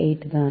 8 தான்